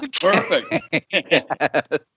perfect